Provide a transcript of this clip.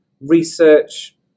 research